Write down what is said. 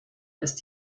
ist